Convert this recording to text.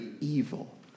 evil